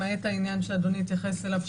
למעט העניין שאדוני התייחס אליו,